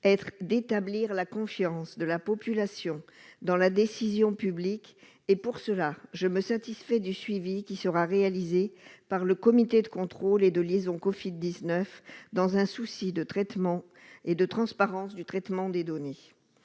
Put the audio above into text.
à établir la confiance de la population dans la décision publique. C'est pourquoi je me satisfais du suivi qui sera réalisé par le comité de contrôle et de liaison Covid-19, dans un souci de transparence du traitement des données.